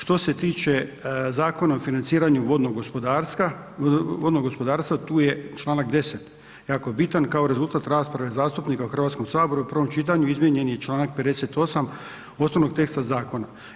Što se tiče Zakona o financiranju vodnog gospodarstva, tu je čl. 10. jako bitan kao rezultat rasprave zastupnika u HS u prvom čitanju izmijenjen je čl. 58. osnovnog teksta zakona.